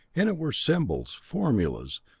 in it were symbols, formulas,